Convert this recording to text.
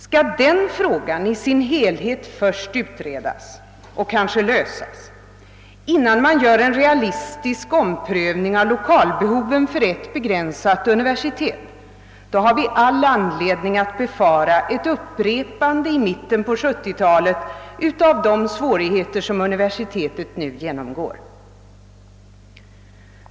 Skall den frågan i sin helhet först utredas och kanske lösas, innan man gör en realistisk omprövning av lokalbehoven för ett begränsat universitet, har vi all anledning att frukta att vi i mitten på 1970-talet får uppleva ett upprepande av de svårigheter som universitetet nu genomgår.